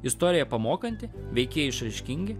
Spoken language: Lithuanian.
istorija pamokanti veikėjai išraiškingi